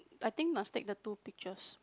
I think must take the two pictures